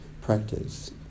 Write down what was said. practice